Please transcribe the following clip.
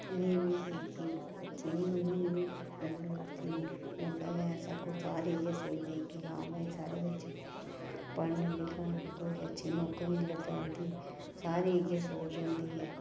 उनेंई बी असें बी बच्चें बी बच्चें गी होंदा गै ऐसा कोई सारे इयै सोचदे कि हां भई साढ़े बच्चे पढ़न लिखन कोई अच्छी नौकरी लग्गै इं'दी सारे इ'यै सोच होंदी ऐ